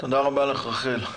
תודה רבה לך רחל.